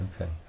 okay